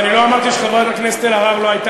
ואני לא אמרתי שחברת הכנסת אלהרר לא הייתה.